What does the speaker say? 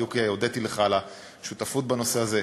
בדיוק הודיתי לך על השותפות בנושא הזה,